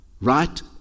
Right